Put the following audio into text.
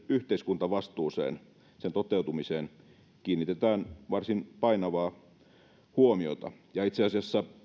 yhteiskuntavastuuseen sen toteutumiseen kiinnitetään varsin painavaa huomiota itse asiassa